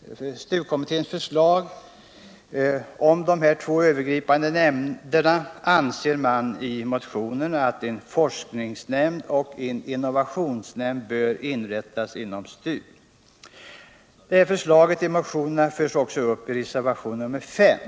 det förslag som STU-kommittén lade fram om två övergripande nämnder, anförs att en forskningsnämnd och en innovationsnämnd bör inrättas inom STU. Det här förslaget i motionerna förs också upp i reservationen 5.